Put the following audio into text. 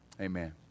Amen